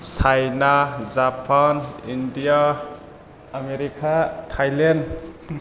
China Japan India America Thailand